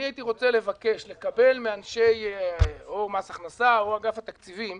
אני הייתי רוצה לבקש לקבל מאנשי מס הכנסה או אגף התקציבים,